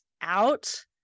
out